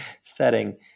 setting